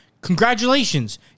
Congratulations